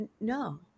No